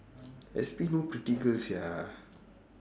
S_P no pretty girl sia